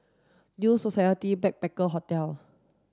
New Society Backpackers' Hotel